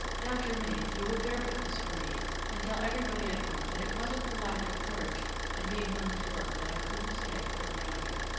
now, germain, you will bear witness for me and tell everybody at home that it wasn't for lack of courage and being willing to work that i couldn't stay over yonder.